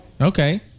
Okay